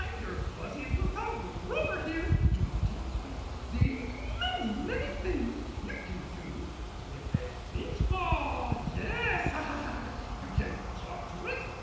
ah your fuzzy and blue pal grover here. to demonstrate the many, many things you can do with a beach ball. yes. ah you can talk to it.